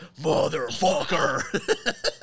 Motherfucker